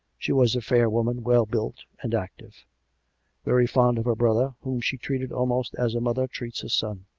she was a fair woman, well built and active very fond of her brother, whom she treated almost as a mother treats a son